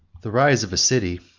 the rise of a city,